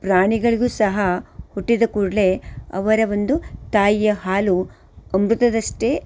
ಪ್ರಾಣಿಗಳಿಗೂ ಸಹ ಹುಟ್ಟಿದ ಕೂಡಲೇ ಅವರ ಒಂದು ತಾಯಿಯ ಹಾಲು ಅಮೃತದಷ್ಟೇ